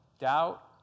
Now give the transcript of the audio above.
Doubt